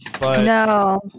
No